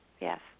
Yes